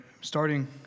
starting